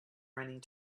running